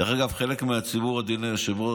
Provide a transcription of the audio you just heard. דרך אגב, חלק מהציבור בארץ, אדוני היושב-ראש,